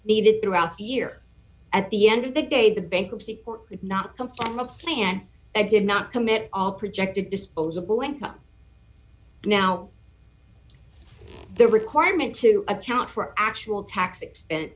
needed throughout the year at the end of the day the bankruptcy would not come at a plant i did not commit all projected disposable income now the requirement to account for actual tax expense